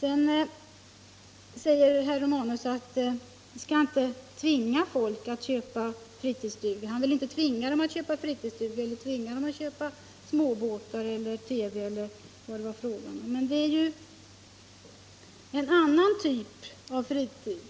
Sedan säger herr Romanus att man inte kan tvinga folk att köpa fritidsstugor, motorbåtar, TV-apparater eller vad det kan vara fråga om. Men det är ju en annan typ av fritid